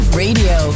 radio